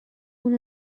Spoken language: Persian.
اون